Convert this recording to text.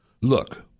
look